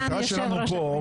המטרה שלנו פה,